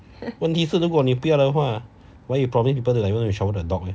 问题是如果你不要的话 why you promise people to like want to shower the dog